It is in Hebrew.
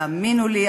ותאמינו לי,